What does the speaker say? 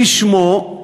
בשמו,